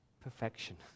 perfection